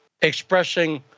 expressing